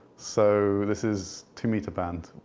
so this is two meter band,